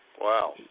Wow